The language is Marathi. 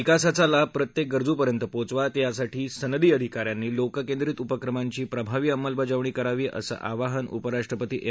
विकासाचा लाभ प्रत्येक गरजूपर्यंत पोचावा यासाठी सनदी अधिकाऱ्यांनी लोककेंद्रित उपक्रमांची प्रभावी अंमलबजावणी करावी असं आवाहन उपराष्ट्रपती एम